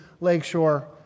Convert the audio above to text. Lakeshore